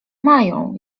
mają